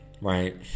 right